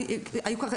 היו חילופי גברא,